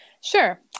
Sure